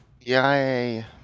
Yay